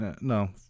No